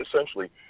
essentially